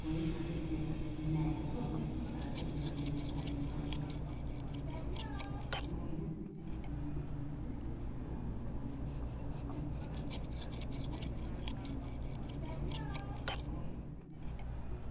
कोही सदस्य बिमारी होस् र चाहिँ यो बिमा चलाउनु परोस् भनेर म त्यस्तो चाहिँ सोच्दिनँ होइन यो बिमा गर्छु तर यो बिमा चैँ चलाउनु नपरोस् भनेर म सबैजनालाई भगवान्सँग त्यही प्रार्थना गर्छु